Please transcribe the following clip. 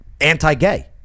anti-gay